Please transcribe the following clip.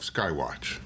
Skywatch